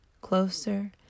closer